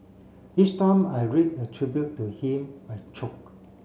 each time I read a tribute to him I choke